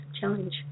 challenge